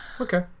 Okay